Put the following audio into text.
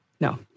No